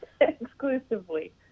exclusively